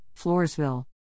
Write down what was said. Floresville